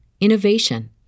innovation